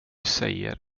säger